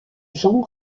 jean